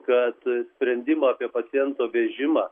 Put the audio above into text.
kad sprendimą apie paciento vežimą